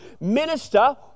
minister